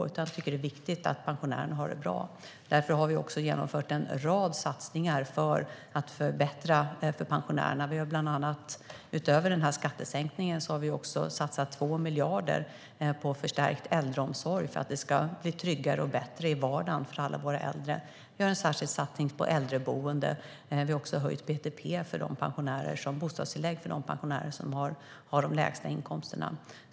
Vi tycker att det är viktigt att pensionärerna har det bra. Därför har vi genomfört en rad satsningar för att förbättra för pensionärerna. Utöver skattesänkningen har vi satsat 2 miljarder på förstärkt äldreomsorg för att det ska bli tryggare och bättre i vardagen för alla våra äldre. Vi gör en särskild satsning på äldreboenden. Vi har också höjt bostadstilläggen för de pensionärer som har de lägsta inkomsterna.